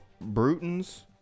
bruton's